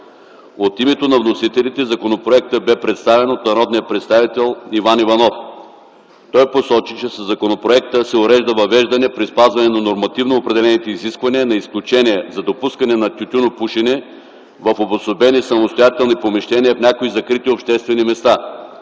От името на вносителите законопроектът бе представен от народния представител господин Иван Иванов. Той посочи, че със законопроекта се урежда въвеждане при спазване на нормативно определените изисквания на изключения за допускане на тютюнопушене в обособени самостоятелни помещения в някои закрити обществени места